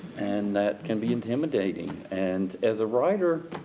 and, that can be intimidating. and as a writer,